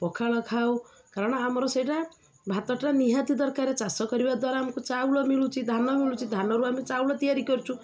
ପଖାଳ ଖାଉ କାରଣ ଆମର ସେଇଟା ଭାତଟା ନିହାତି ଦରକାରେ ଚାଷ କରିବା ଦ୍ୱାରା ଆମକୁ ଚାଉଳ ମିଳୁଛି ଧାନ ମିଳୁଛି ଧାନରୁ ଆମେ ଚାଉଳ ତିଆରି କରୁଛୁ